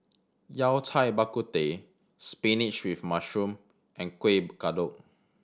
Yao Cai Bak Kut Teh spinach with mushroom and Kuih Kodok